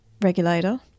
regulator